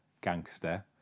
gangster